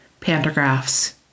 pantographs